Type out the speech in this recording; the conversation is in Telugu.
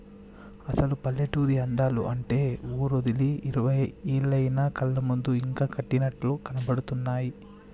అసలు పల్లెటూరి అందాలు అంటే ఊరోదిలి ఇరవై ఏళ్లయినా కళ్ళ ముందు ఇంకా కట్టినట్లు కనబడుతున్నాయి